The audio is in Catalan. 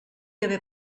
haver